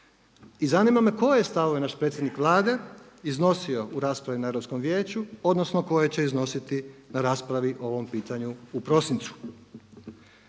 I zanima me koje stavove naš predsjednik Vlade iznosio u raspravi na Europskom vijeću, odnosno koje će iznositi na raspravi o ovom pitanju u prosincu.